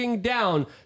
down